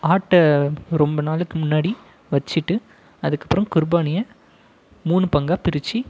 ஆட்டை ரொம்ப நாளுக்கு முன்னாடி வச்சுட்டு அதுக்கப்பறம் குருபானியை மூணு பங்காக பிரித்து